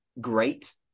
great